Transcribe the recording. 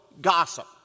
gossip